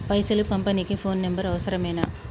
పైసలు పంపనీకి phone number అవసరమేనా?